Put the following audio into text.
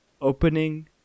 opening